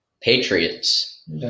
Patriots